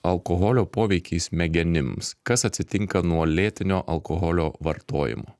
alkoholio poveikį smegenims kas atsitinka nuo lėtinio alkoholio vartojimo